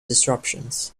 disruptions